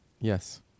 Yes